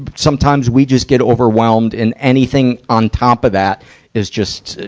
sometimes we just get overwhelmed and anything on top of that is just,